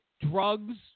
drugs